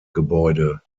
gebäude